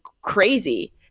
crazy